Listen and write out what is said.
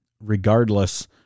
regardless